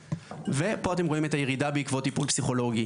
פה אתם רואים את הירידה בעקבות טיפול פסיכולוגי.